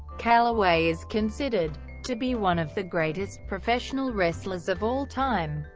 calaway is considered to be one of the greatest professional wrestlers of all time.